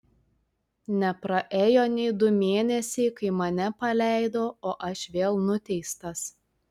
nepraėjo nei du mėnesiai kai mane paleido o aš vėl nuteistas